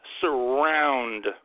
surround